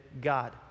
God